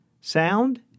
sound